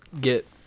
get